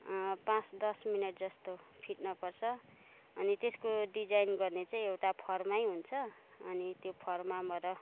पाँच दस मिनट जस्तो फिट्न पर्छ अनि त्यसको डिजाइन गर्ने चाहिँ एउटा फर्मा नै हुन्छ अनि त्यो फर्माबाट